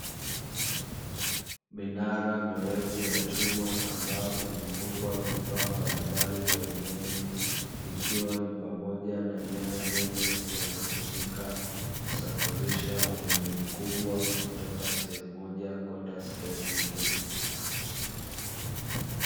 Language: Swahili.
Minara mirefu ya chuma ambayo imefungwa vifaa mbalimbali vya umeme, ikiwa ni pamoja na nyaya nene zinazotumika kusafirisha umeme mkubwa kutoka sehemu moja kwenda sehemu nyingine.